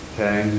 Okay